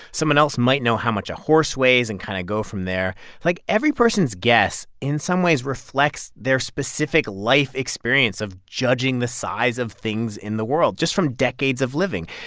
someone else might know how much a horse weighs and kind of go from there like, every person's guess in some ways reflects their specific life experience of judging the size of things in the world just from decades of living.